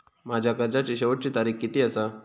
माझ्या कर्जाची शेवटची तारीख किती आसा?